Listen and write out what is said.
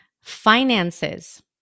finances